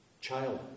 Child